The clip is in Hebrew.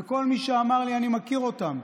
וכל מי שאמר לי: אני מכיר אותם,